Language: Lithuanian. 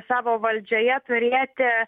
savo valdžioje turėti